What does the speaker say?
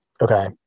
Okay